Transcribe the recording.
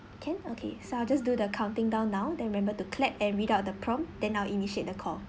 can okay so I'll just do the counting down now then remember to clap and read out the prompt then I'll initiate the call